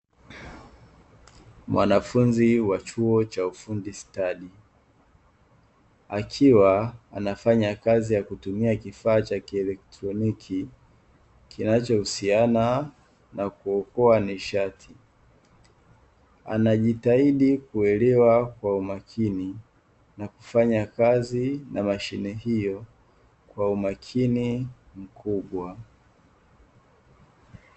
Mwanafunzi wa chuo cha ufundi stadi, akiwa anafanya kazi ya kutumia kifaa cha kielektroniki, kinacho husiana na kuokoa nishati, anajitahidi kuelewa kwa umakini na kufanya kazi na mashine hiyo kwa umakini mkubwa.